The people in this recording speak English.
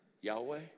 Yahweh